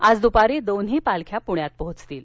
आज दूपारी दोन्ही पालख्या पूण्यात पोहोचतील